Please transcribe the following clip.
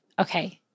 okay—